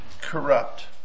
corrupt